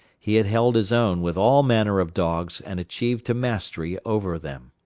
he had held his own with all manner of dogs and achieved to mastery over them.